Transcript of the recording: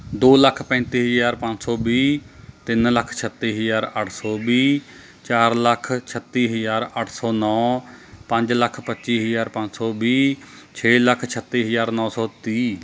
ਦੋ ਲੱਖ ਪੈਂਤੀ ਹਜ਼ਾਰ ਪੰਜ ਸੌ ਵੀਹ ਤਿੰਨ ਲੱਖ ਛੱਤੀ ਹਜ਼ਾਰ ਅੱਠ ਸੌ ਵੀਹ ਚਾਰ ਲੱਖ ਛੱਤੀ ਹਜ਼ਾਰ ਅੱਠ ਸੌ ਨੌ ਪੰਜ ਲੱਖ ਪੱਚੀ ਹਜ਼ਾਰ ਪੰਜ ਸੌ ਵੀਹ ਛੇ ਲੱਖ ਛੱਤੀ ਹਜ਼ਾਰ ਨੌ ਸੌ ਤੀਹ